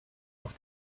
auf